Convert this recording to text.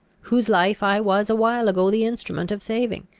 whose life i was a while ago the instrument of saving.